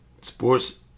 Sports